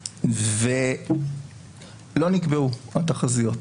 לא נקבעו תחזיות.